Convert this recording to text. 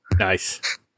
Nice